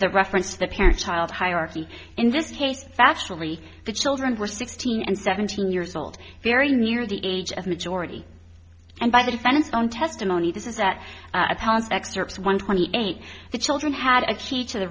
the reference to the parent child hierarchy in this case factually the children were sixteen and seventeen years old very near the age of majority and by the defendant's own testimony this is that excerpt one twenty eight the children had a key to the